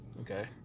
Okay